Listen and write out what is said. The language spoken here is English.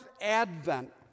Advent